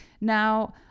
Now